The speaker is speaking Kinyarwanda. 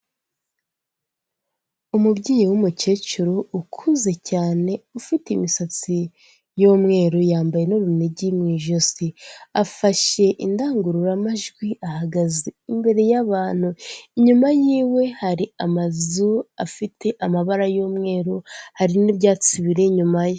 Umubyeyi w'umukecuru ukuze cyane ufite imisatsi y'umweru, yambaye n'urunigi mu ijosi, afashe indangururamajwi ahagaze imbere y'abantu, inyuma y'iwe hari amazu afite amabara y'umweru, hari n'ibyatsi biri inyuma ye.